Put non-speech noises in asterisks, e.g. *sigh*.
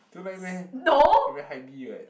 don't like meh *noise* you very what